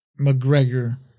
McGregor